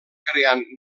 creant